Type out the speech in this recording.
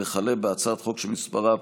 יבגני סובה,